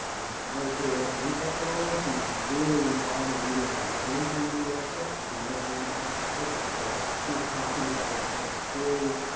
um prior to her work in eportfolio, she was really involved in leading our learning community effort, which is another high impact practice that we're not talking about as part of the series,